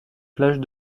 plage